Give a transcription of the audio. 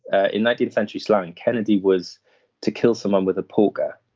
ah in nineteenth century slang! kennedy! was to kill someone with a poker.